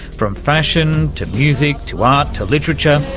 from fashion, to music, to art, to literature,